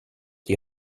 die